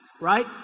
right